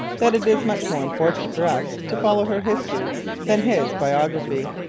that it is much more important for us to follow her history than his biography.